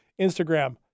Instagram